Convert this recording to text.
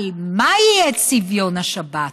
אבל מה יהיה צביון השבת?